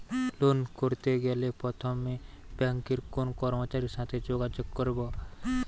Loan করতে গেলে প্রথমে ব্যাঙ্কের কোন কর্মচারীর সাথে যোগাযোগ করব?